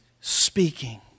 speaking